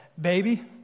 baby